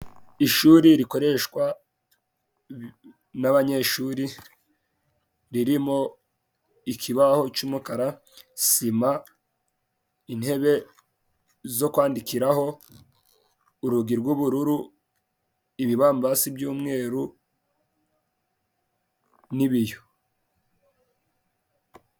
Ishuri rikoreshwa n'abanyeshuri ,ririmo ikibaho c'umukara ,sima ,intebe zo kwandikiraho ,urugi rw'ubururu, ibibambasi by'umweru ,n'ibiyo.